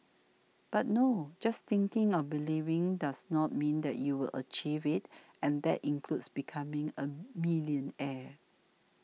but no just thinking or believing does not mean that you will achieve it and that includes becoming a millionaire